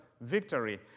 victory